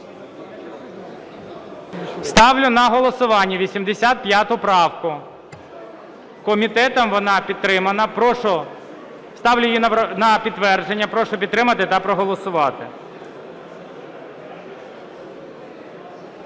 Ставлю на голосування 85 правку. Комітетом вона підтримана. Ставлю її на підтвердження. Прошу підтримати та проголосувати.